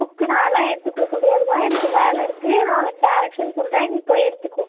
book நான்லாம் எடுத்து கொடுக்க முடியாதும்மா எனக்கு வேலை இருக்குது நான் உனக்கு டேரக்க்ஷன் சொல்கிறேன் நீ போய் எடுத்துக்கோ